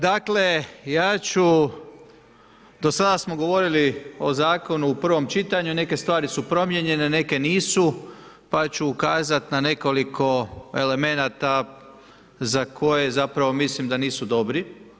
Dakle, ja ću, do sada smo govorili o zakonu u prvom čitanju, neke stvari su promijenjene neke nisu, pa ću ukazat na nekoliko elemenata za koje zapravo mislim da nisu dobri.